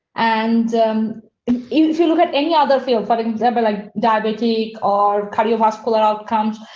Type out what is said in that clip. and if you look at any other field, for example, like diabetes or cardiovascular outcomes,